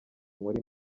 nkuru